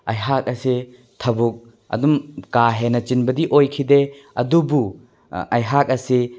ꯑꯩꯍꯥꯛ ꯑꯁꯦ ꯊꯕꯛ ꯑꯗꯨꯝ ꯀꯥ ꯍꯦꯟꯅ ꯆꯤꯟꯕꯗꯤ ꯑꯣꯏꯈꯤꯗꯦ ꯑꯗꯨꯕꯨ ꯑꯩꯍꯥꯛ ꯑꯁꯦ